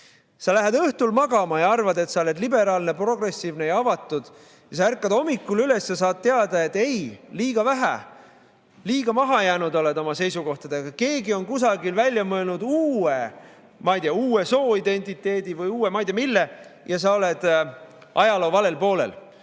Sa lähed õhtul magama ja arvad, et sa oled liberaalne, progressiivne ja avatud, siis ärkad hommikul üles ja saad teada, et ei, liiga vähe, liiga maha jäänud oled oma seisukohtadega. Keegi on kusagil välja mõelnud, ma ei tea, uue sooidentiteedi või uue ei tea mille, ja sa oled ajaloo valel poolel,